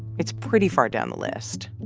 it's pretty far down the list.